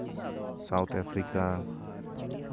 South Africa